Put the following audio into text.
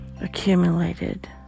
accumulated